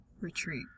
retreat